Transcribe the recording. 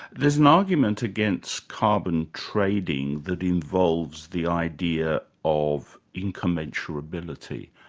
there's an argument against carbon trading that involves the idea of incommensurability.